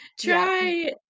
try